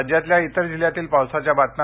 राज्यातल्या इतर जिल्ह्यातील पावसाच्या बातम्या